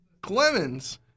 Clemens